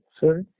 sorry